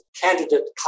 candidate